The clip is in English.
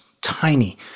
tiny